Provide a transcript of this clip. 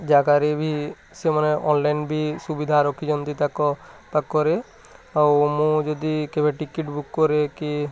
ଯାଗାରେ ବି ସେମାନେ ଅନ୍ଲାଇନ୍ ବି ସୁବିଧା ରଖିଛନ୍ତି ତାଙ୍କ ପାଖରେ ଆଉ ମୁଁ ଯଦି କେବେ ଟିକେଟ୍ ବୁକ୍ କରେ କି